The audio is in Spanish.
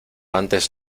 antes